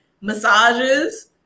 massages